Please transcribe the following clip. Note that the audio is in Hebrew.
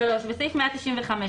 "(3)בסעיף 195,